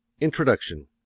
Introduction